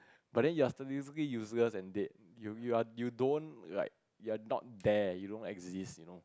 but then you're statistically useless and dead you you are you don't like you're not there you don't exist you know